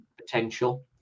potential